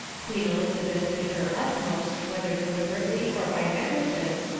queen ehzabeth did her utmost, whether deliberately or by negligence,